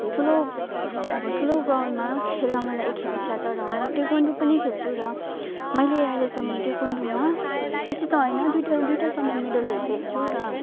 ठुलो स्टे अब ठुलो ग्राउन्डमा खेल्न मलाई एकखेप इच्छा छ र म ताइक्वान्डो पनि खेल्छु र मैले अहिलेसम्म ताइक्वान्डोमा बेसी त होइन दुईवटा दुईवटासम्म मेडल ल्याइसकेको छु र